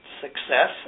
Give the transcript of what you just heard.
success